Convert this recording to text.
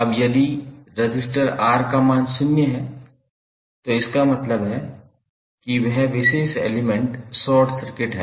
अब यदि register R का मान शून्य है तो इसका मतलब है कि वह विशेष एलिमेंट शॉर्ट सर्किट है